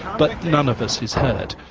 but none of us is hurt.